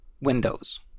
Windows